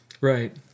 Right